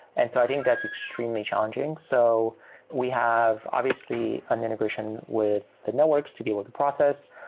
and so i think that's extremely challenging. so we have obviously an integration with the networks to be able to process.